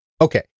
Okay